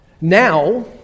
Now